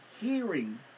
hearing